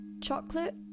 chocolate